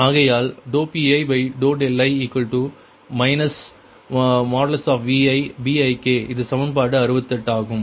ஆகையால் Pii ViBik இது சமன்பாடு 68 ஆகும்